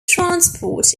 transport